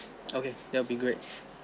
okay that will be great